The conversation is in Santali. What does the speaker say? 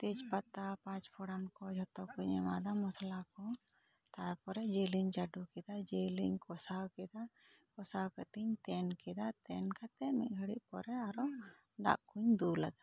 ᱛᱮᱡᱽ ᱯᱟᱛᱟ ᱯᱷᱟᱸᱪᱯᱷᱚᱲᱚᱱ ᱠᱚ ᱡᱷᱚᱛᱚ ᱠᱚ ᱮᱢᱟᱫᱟ ᱢᱚᱥᱞᱟ ᱠᱚᱧ ᱛᱟᱨᱯᱚᱨᱮ ᱡᱤᱞ ᱤᱧ ᱪᱟᱹᱰᱩ ᱠᱮᱫᱟ ᱡᱤᱞ ᱤᱧ ᱠᱚᱥᱟᱣ ᱠᱮᱫᱟ ᱠᱚᱥᱟᱣ ᱠᱟᱛᱮᱜ ᱤᱧ ᱛᱮᱱ ᱠᱮᱫᱟ ᱛᱮᱱ ᱠᱟᱛᱮᱜ ᱢᱤᱫ ᱜᱷᱟᱹᱲᱤᱜ ᱯᱚᱨᱮ ᱟᱨᱦᱚᱸ ᱫᱟᱜ ᱠᱩᱧ ᱫᱩᱞ ᱟᱫᱟ